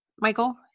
Michael